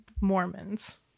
Mormons